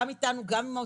גם איתנו, גם עם האוצר.